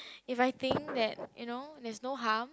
if I think that you know there is no harm